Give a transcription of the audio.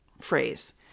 phrase